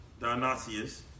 Dionysius